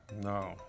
No